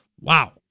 Wow